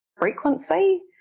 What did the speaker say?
frequency